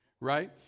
right